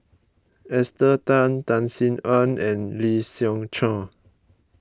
Esther Tan Tan Sin Aun and Lee Siew Choh